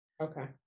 okay